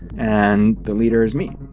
and the leader is me